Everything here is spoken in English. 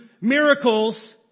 miracles